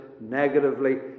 negatively